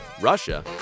Russia